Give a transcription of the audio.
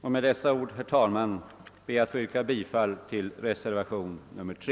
Med dessa ord, herr talman, ber jag att få yrka bifall till reservation nr 3.